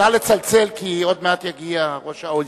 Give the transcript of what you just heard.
נא לצלצל, כי עוד מעט יגיע ראש ה-OECD.